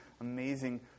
amazing